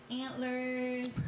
Antlers